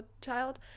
child